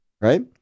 right